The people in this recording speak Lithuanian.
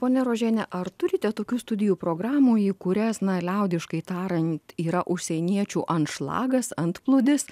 ponia rožiene ar turite tokių studijų programų į kurias na liaudiškai tariant yra užsieniečių anšlagas antplūdis